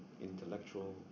intellectual